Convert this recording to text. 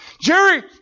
Jerry